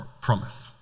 promise